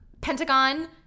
Pentagon